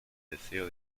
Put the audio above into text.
deseo